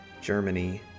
germany